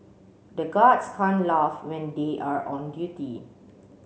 the guards can't laugh when they are on duty